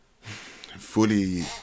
fully